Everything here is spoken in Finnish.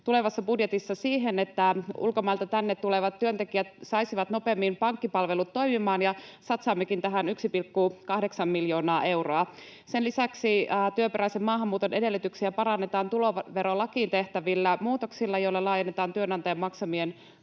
tulevassa budjetissa siihen, että ulkomailta tänne tulevat työntekijät saisivat nopeammin pankkipalvelut toimimaan, ja satsaammekin tähän 1,8 miljoonaa euroa. Sen lisäksi työperäisen maahanmuuton edellytyksiä parannetaan tuloverolakiin tehtävillä muutoksilla, joilla laajennetaan työnantajan maksamien